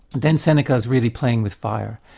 then seneca's really playing with fire.